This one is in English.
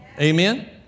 Amen